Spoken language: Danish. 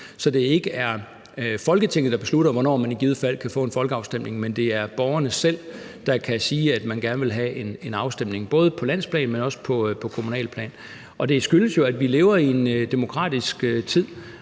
så det ikke er Folketinget, der beslutter, hvornår man i givet fald kan få en folkeafstemning, men det er borgerne selv, der kan sige, at man gerne vil have en afstemning, både på landsplan, men også på kommunalt plan. Det skyldes jo, at vi lever i en tid,